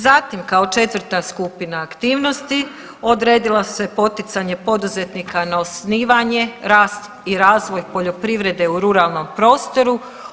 Zatim, kao četvrta skupina aktivnosti odredila su se poticanje poduzetnika na osnivanje, rast i razvoj poljoprivredne u ruralnom prostoru.